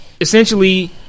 essentially